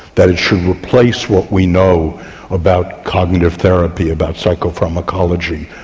that it should replace what we know about cognitive therapy, about psychopharmacology,